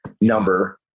number